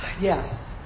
Yes